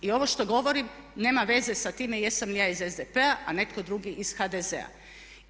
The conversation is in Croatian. I ovo što govorim nema veze sa time jesam li ja iz SDP-a, a netko drugi iz HDZ-a.